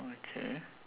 okay